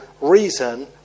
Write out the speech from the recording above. reason